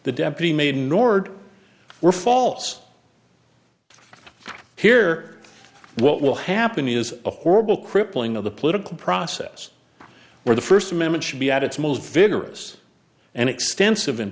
the deputy made nord were false here what will happen is a horrible crippling of the political process where the first amendment should be at its most vigorous and extensive